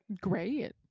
Great